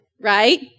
right